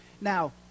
Now